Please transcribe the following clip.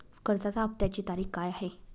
कर्जाचा हफ्त्याची तारीख काय आहे?